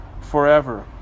forever